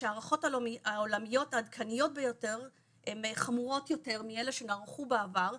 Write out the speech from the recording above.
ההערכות העולמיות העדכניות ביותר הן חמורות יותר מאלה שנערכו בעבר,